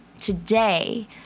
today